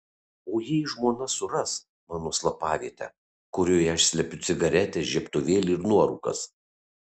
o jei žmona suras mano slaptavietę kurioje aš slepiu cigaretes žiebtuvėlį ir nuorūkas